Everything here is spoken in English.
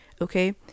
okay